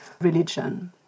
religion